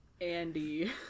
Andy